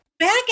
Back